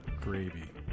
gravy